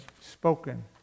spoken